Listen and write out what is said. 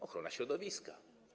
Ochrona środowiska.